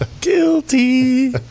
Guilty